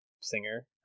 singer